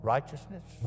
Righteousness